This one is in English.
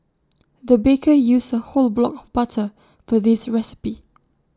the baker used A whole block of butter for this recipe